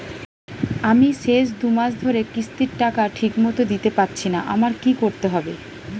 আমি শেষ দুমাস ধরে কিস্তির টাকা ঠিকমতো দিতে পারছিনা আমার কি করতে হবে?